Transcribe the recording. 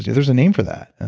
there's a name for that. and